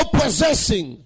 possessing